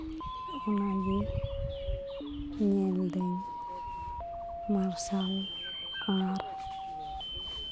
ᱚᱱᱟᱜᱮ ᱧᱮᱞ ᱫᱟᱹᱧ ᱢᱟᱨᱥᱟᱞ ᱟᱨ